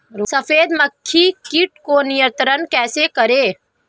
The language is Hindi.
सफेद मक्खी कीट को नियंत्रण कैसे करें?